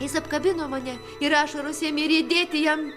jis apkabino mane ir ašaros ėmė riedėti jam